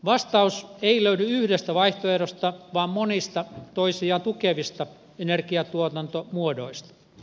vastaus ei löydy yhdestä vaihtoehdosta vaan monista toisiaan tukevista energiantuotantomuodoista